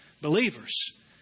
believers